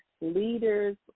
Leaders